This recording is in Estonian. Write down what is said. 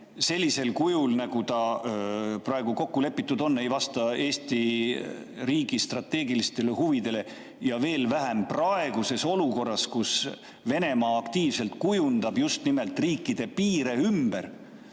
sellisel kujul, nagu ta praegu kokku lepitud on, ei vasta Eesti riigi strateegilistele huvidele, veel vähem praeguses olukorras, kus Venemaa aktiivselt kujundab just nimelt riikide piire ümber.